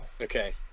Okay